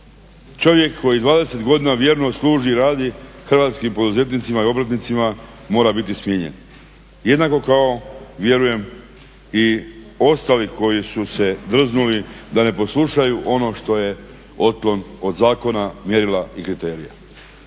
čovjek koji 20 godina vjerno služi i radi hrvatskim poduzetnicima i obrtnicima mora biti smijenjen. Jednako kao vjerujem i ostali koji su se drznuli da ne poslušaju ono što je otklon od zakona, mjerila i kriterija.